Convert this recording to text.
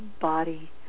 body